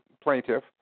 plaintiff